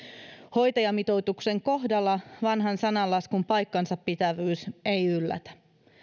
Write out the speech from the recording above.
hoitajamitoituksen kohdalla vanhan sananlaskun paikkansapitävyys ei yllätä